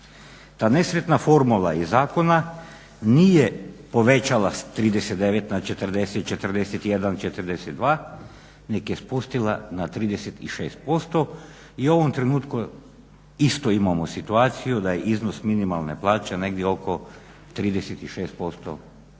Ta nesretna formula iz zakona nije povećala s 39 na 40, 41, 42 nego je spustila na 36% i u ovom trenutku isto imamo situaciju da je iznos minimalne plaće negdje oko 36%